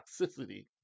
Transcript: toxicity